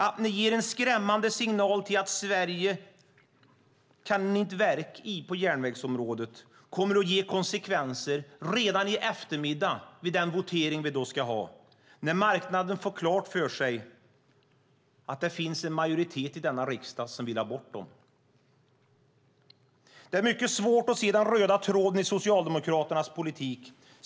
Att ni ger en skrämmande signal om att man i Sverige inte kan verka på järnvägsområdet kommer att ge konsekvenser redan i eftermiddag, vid den votering som vi då ska ha, när marknaden får klart för sig att det finns en majoritet i denna riksdag som vill ha bort dem. Det är mycket svårt att se den röda tråden i Socialdemokraternas politik.